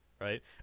right